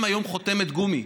הם היום חותמת גומי.